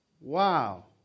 Wow